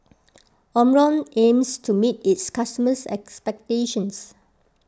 Omron aims to meet its customers' expectations